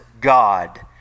God